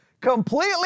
Completely